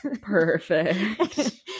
Perfect